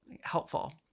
helpful